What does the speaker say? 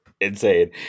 Insane